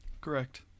Correct